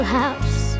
house